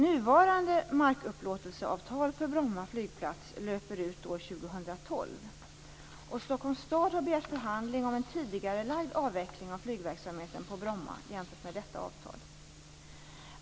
Nuvarande markupplåtelseavtal för Bromma flygplats löper ut år 2012, och Stockholms stad har begärt förhandling om en tidigarelagd avveckling av flygverksamheten på Bromma jämfört med detta avtal.